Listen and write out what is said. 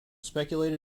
speculated